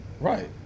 Right